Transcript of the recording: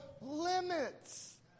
limits